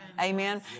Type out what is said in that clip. Amen